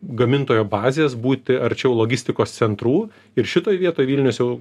gamintojo bazės būti arčiau logistikos centrų ir šitoj vietoj vilnius jau